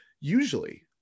usually